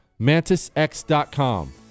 MantisX.com